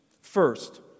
First